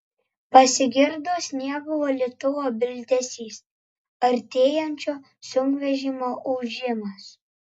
pasigirdo sniego valytuvo bildesys artėjančio sunkvežimio ūžimas